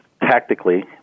tactically